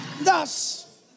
Thus